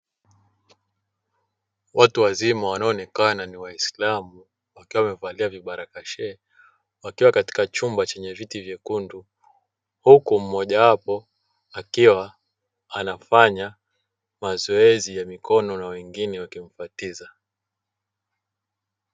Watu wazima wanaoonekana ni waislamu wakiwa wamevalia vibarakashee wakiwa katika chumba chenye viti vyekundu huku mmoja wapo akiwa anafanya mazoezi ya mikono na wengine wakimfatiza.